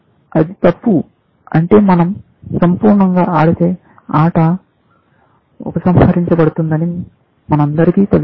అది తప్పు అంటే మనం సంపూర్ణంగా ఆడితే ఆట ఉపసంహరించబడుతుందని మనందరికీ తెలుసు